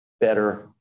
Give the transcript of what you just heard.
better